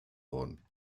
worden